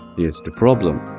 here's the problem,